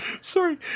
Sorry